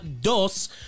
Dos